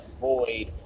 void